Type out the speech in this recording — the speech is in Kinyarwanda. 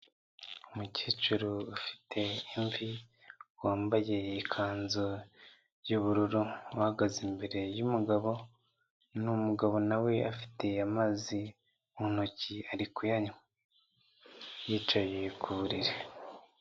Umukecuru ufite imvi wambaye ikanzu y'ubururu uhagaze imbere y'umugabo, ni umugabo nawe afite amazi mu ntoki ari kuyanywa yicaye ku buriri.